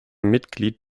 mitglied